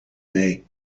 mee